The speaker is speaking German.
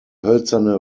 hölzerne